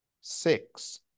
six